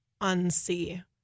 unsee